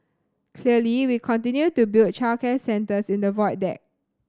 clearly we continue to build childcare centres in the Void Deck